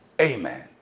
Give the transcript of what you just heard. amen